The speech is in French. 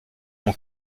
mon